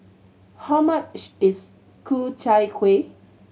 how much is Ku Chai Kueh